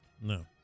No